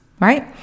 right